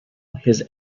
his